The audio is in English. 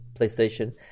Playstation